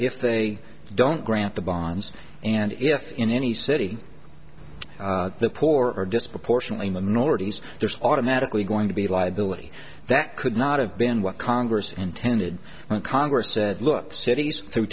if they don't grant the bonds and if in any city the poor are disproportionately minorities there's automatically going to be liability that could not have been what congress intended when congress said look cities